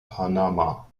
panama